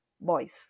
boys